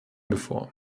bevor